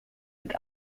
mit